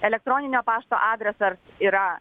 elektroninio pašto adresas yra